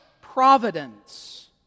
providence